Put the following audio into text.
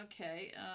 Okay